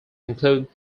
include